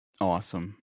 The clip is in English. Awesome